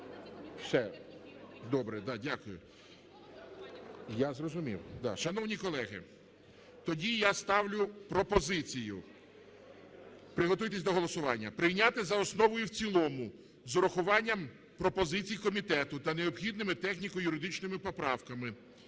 добре, дякую. Я зрозумів. Шановні колеги, тоді я ставлю пропозицію (приготуйтесь до голосування) прийняти за основу і в цілому з урахуванням пропозицій комітету та необхідними техніко-юридичними поправками